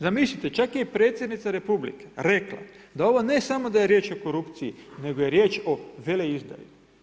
Zamislite, čak je i Predsjednica Republike rekla da je ovo ne samo riječ i korupciji nego je riječ o veleizdaji.